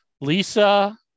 lisa